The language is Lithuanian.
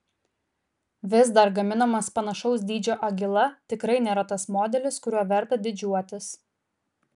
vis dar gaminamas panašaus dydžio agila tikrai nėra tas modelis kuriuo verta didžiuotis